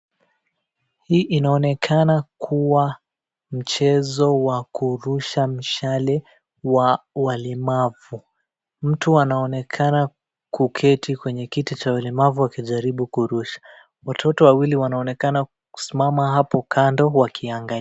Hii inaonekana kuwa mchezo wa kurusha mishale wa walemavu. Mtu anaonekana kuketi kwenye kiti cha ulemavu akijaribu kurusha. Watoto wawili wanaonekana kusimama hapo kando wakiangalia.